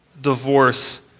divorce